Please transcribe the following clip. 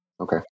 Okay